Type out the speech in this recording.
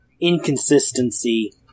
inconsistency